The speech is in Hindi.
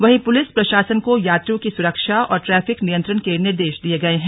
वहीं पुलिस प्रशासन को यात्रियों की सुरक्षा और ट्रै फिक नियंत्रण के निर्देश दिये गए हैं